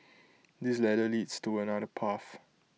this ladder leads to another path